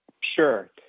Sure